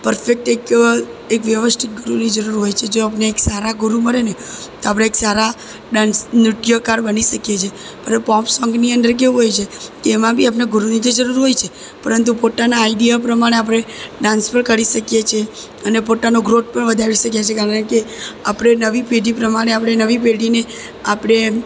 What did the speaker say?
perfect એક એવા એક વ્યવસ્થિત ગુરુની જરૂર હોય છે જે આપણને સારા ગુરુ મળે ને તો આપણે એક સારા ડાન્સ નૃત્યકાર બની શકીએ છીએ અને પોપ સોંગની અંદર કેવું હોય છે કે એમાં બી આપણને ગુરુની તો જરૂર હોય જ છે પરંતુ પોતાના આઇડિયા પ્રમાણે આપણે ડાન્સ પણ કરી શકીએ છીએ અને પોતાનો ગ્રોથ પણ વધારી શકીએ છીએ કારણ કે આપણે નવી પેઢી પ્રમાણે આપણે નવી પેઢીને આપણે